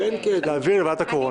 להעביר לוועדת הקורונה.